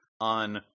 on